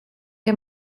que